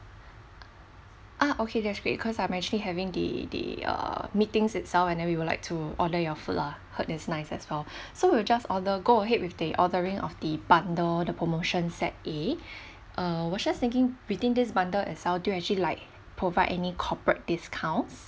ah okay that's great cause I'm actually having the the err meetings itself and then we would like to order your food lah heard it's nice as well so we were just order go ahead with the ordering of the bundle the promotion set A uh I was just thinking within this bundle itself do you actually like provide any corporate discounts